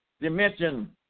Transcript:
dimension